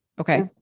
Okay